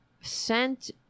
sent